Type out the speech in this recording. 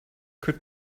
could